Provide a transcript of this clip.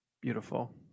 Beautiful